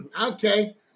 okay